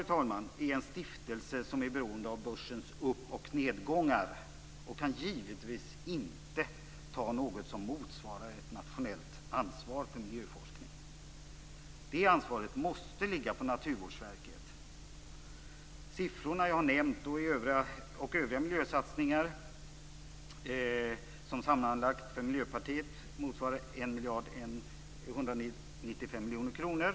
MISTRA är en stiftelse som är beroende av börsens upp och nedgångar och kan givetvis inte ta något ansvar som motsvarar ett nationellt ansvar när det gäller miljöforskningen. Det ansvaret måste ligga på Naturvårdsverket. De siffror som jag har nämnt och övriga miljösatsningar från Miljöpartiets sida motsvarar sammanlagt 1,195 miljarder kronor.